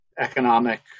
economic